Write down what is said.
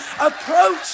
Approach